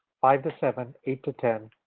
five to seven, eight to ten,